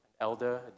elder